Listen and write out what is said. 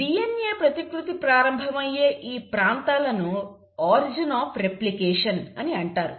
DNA ప్రతికృతి ప్రారంభమయ్యే ఈ ప్రాంతాలను ఆరిజిన్ ఆఫ్ రెప్లికేషన్ అని అంటారు